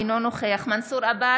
אינו נוכח מנסור עבאס,